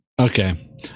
Okay